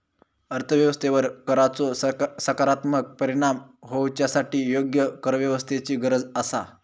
अर्थ व्यवस्थेवर कराचो सकारात्मक परिणाम होवच्यासाठी योग्य करव्यवस्थेची गरज आसा